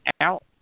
out